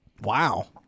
Wow